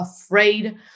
afraid